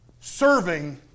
serving